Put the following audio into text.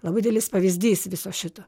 labai didelis pavyzdys viso šito